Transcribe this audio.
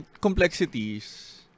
complexities